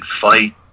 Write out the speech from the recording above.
fight